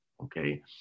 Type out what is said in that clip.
okay